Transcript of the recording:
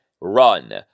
run